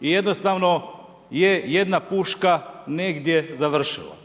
i jednostavno je jedna puška negdje završila.